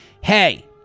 Hey